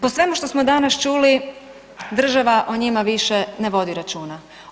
Po svemu što smo danas čuli država o njima više ne vodi računa.